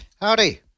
Howdy